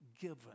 given